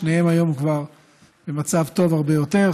שניהם היום כבר במצב טוב הרבה יותר.